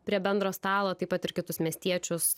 prie bendro stalo taip pat ir kitus miestiečius